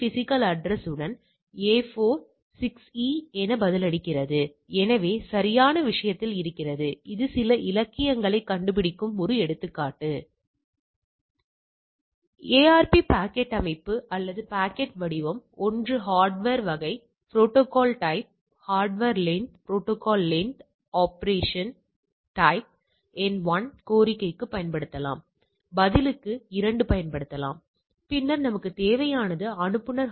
எனவே t அட்டவணை z அட்டவணை F அட்டவணை போலவே நம்மிடம் க்கும் ஒரு அட்டவணை உள்ளது மற்றும் உங்களிடம் இங்கே கட்டின்மை கூறுகள் உள்ளன பின்னர் இங்கே நம்மிடம் α உள்ளது மற்றும் நிச்சயமாக நீங்கள் பார்ப்பதுபோல் உங்களால் இரண்டு முனைகளையும் ஒரு முனையையும் பயன்படுத்தம் முடியும் எனவே ஒரு முனையானது இந்த 0